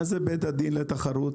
מה זה בית הדין לתחרות?